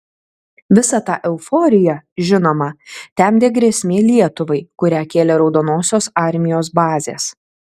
visą tą euforiją žinoma temdė grėsmė lietuvai kurią kėlė raudonosios armijos bazės